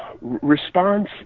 Response